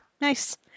nice